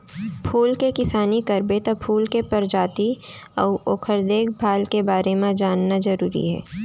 फूल के किसानी करबे त फूल के परजाति अउ ओकर देखभाल के बारे म जानना जरूरी हे